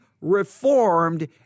reformed